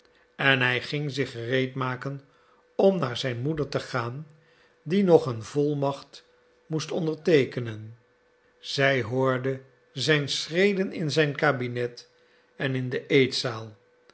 en hij ging zich gereed maken om naar zijn moeder te gaan die nog een volmacht moest onderteekenen zij hoorde zijn schreden in zijn kabinet en in de eetzaal